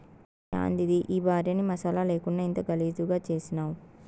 యాందిది ఈ భార్యని మసాలా లేకుండా ఇంత గలీజుగా చేసినావ్